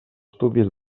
estudis